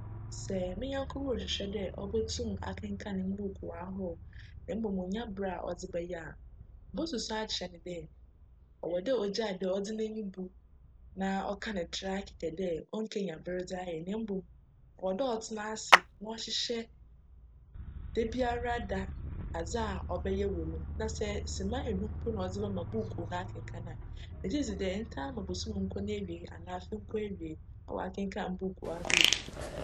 Sj me nyjnko bi rohwehwj dj obotum akenkan mbuukuu ahorow na mbom onnya ber a cdze bjyj a, mosusu akyerj no dj cwc dj ogyaa dj cdze n'enyi bu na cka no traa dj onnkenya ber dze ayj na mbom cwc dj ctsena ase na chyehyj dabiara da ase a cbjyj wc mu na sj sema enum mpo na cdze bjma buukuu akenkan a, megye dzi dj ntaa ma bosoom nkc n'ewiei anaa afe nkc ewiei no nna w'akenkan buukuu ahorow pii.